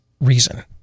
reason